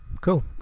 cool